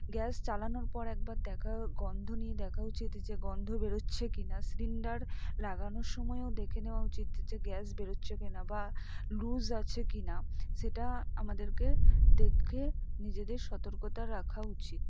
gas চালানোর পর একবার দেখা গন্ধ নিয়ে দেখা উচিত যে গন্ধ বেরোচ্ছে কি না সিলিন্ডার লাগানোর সময়ও দেখে নেওয়া উচিত যে গ্যাস বেরোচ্ছে কি না বা লুজ আছে কি না সেটা আমাদেরকে দেখে নিজেদের সতর্কতা রাখা উচিত